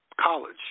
college